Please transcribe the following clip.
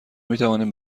میتوانیم